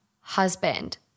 husband